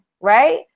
Right